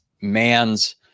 man's